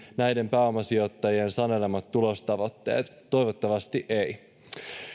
pääomasijoittajien sanelemat tulostavoitteet toivottavasti eivät